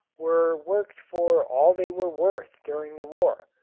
were worked for all they were worth during the war,